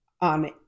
on